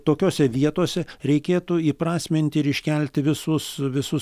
tokiose vietose reikėtų įprasminti ir iškelti visus visus